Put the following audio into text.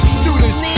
shooters